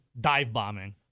dive-bombing